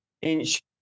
inch